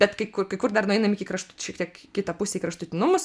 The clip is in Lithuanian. bet kai kur kai kur dar nueinam iki kraštut šiek tiek į kitą pusę į kraštutinumus